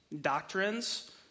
doctrines